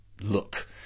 look